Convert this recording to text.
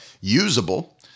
usable